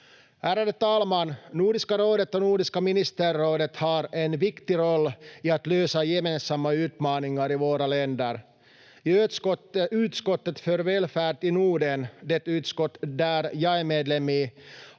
Ärade talman! Nordiska rådet och Nordiska ministerrådet har en viktig roll i att lösa gemensamma utmaningar i våra länder. I utskottet för välfärd i Norden, det utskott där jag är medlem,